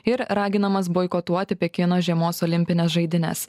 ir raginamas boikotuoti pekino žiemos olimpines žaidynes